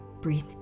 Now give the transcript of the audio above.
Breathe